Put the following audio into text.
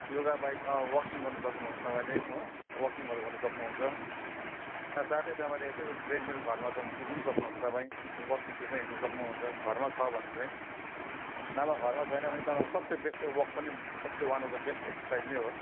योगा बाहेक वकिङ गर्नु सक्नुहुन्छ तपाईँले हो वकिङहरू गर्नु सक्नुहुन्छ साथै तपाईँले यसो ट्ररेडमिल घरमा छ भने कुद्नु पनि सक्नुहुन्छ तपाईँ वकिङतिर हिँड्नु सक्नुहुन्छ घरमा छ भने चाहिँ नभए घरमा छैन भने तपाईँको सबसे बेस्ट चाहिँ वक पनि सबसे one of the best exercise नै हो